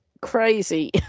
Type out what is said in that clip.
crazy